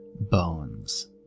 bones